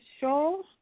show